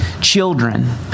children